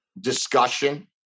discussion